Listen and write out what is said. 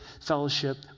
fellowship